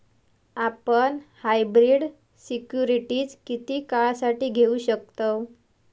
आपण hybrid securities किती काळासाठी घेऊ शकतव